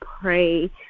pray